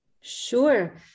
Sure